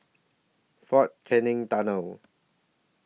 Fort Canning Tunnel